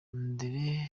andré